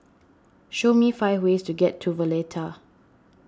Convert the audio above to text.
show me five ways to get to Valletta